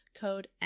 code